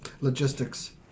logistics